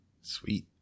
Sweet